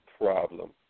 problem